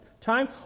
time